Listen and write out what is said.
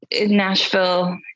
Nashville